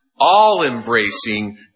all-embracing